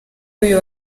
uyu